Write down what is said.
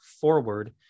forward